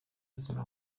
buzima